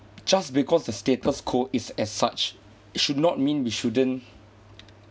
just because the status quo is as such should not mean we shouldn't